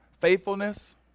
faithfulness